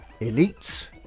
Elites